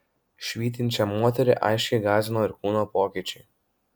švytinčią moterį aiškiai gąsdino ir kūno pokyčiai